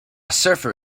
surfer